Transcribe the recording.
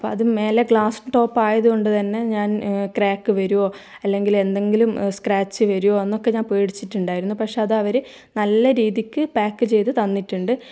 അപ്പ അത് മേലെ ഗ്ലാസ് ടോപ്പായത് കൊണ്ട് തന്നെ ഞാൻ ക്രേക്ക് വരുവോ അല്ലെങ്കിൽ എന്തെങ്കിലും സ്ക്രാച്ച് വരുവോ എന്നൊക്കെ ഞാൻ പേടിച്ചിട്ടുണ്ടായിരുന്നു പക്ഷേ അതവര് നല്ല രീതിക്ക് പാക്ക് ചെയ്ത് തന്നിട്ടുണ്ട്